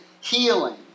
healing